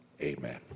amen